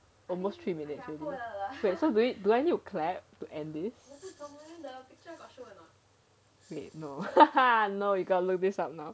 almost three minutes do I need to clap to end it wait no no you got look this up now